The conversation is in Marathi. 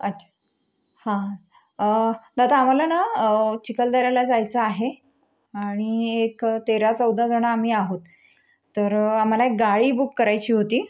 अच्छा हा दादा आम्हाला ना चिखलदऱ्याला जायचं आहे आणि एक तेरा चौदाजणं आम्ही आहोत तर आम्हाला एक गाडी बुक करायची होती